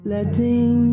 Letting